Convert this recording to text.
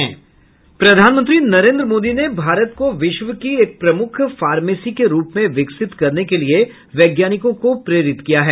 प्रधानमंत्री नरेंद्र मोदी ने भारत को विश्व की एक प्रमुख फार्मेसी के रूप में विकसित करने के लिए वैज्ञानिकों को प्रेरित किया है